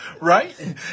Right